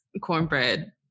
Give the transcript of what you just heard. cornbread